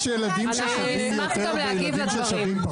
נשמח גם להגיב לדברים.